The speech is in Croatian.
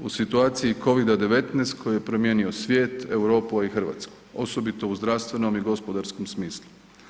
U situaciji Covida-19 koji je promijenio svijet, Europu, a i Hrvatsku, osobito u zdravstvenom i gospodarskom smislu.